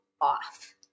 off